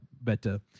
better